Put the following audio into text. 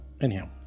anyhow